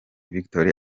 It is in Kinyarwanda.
victory